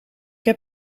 heb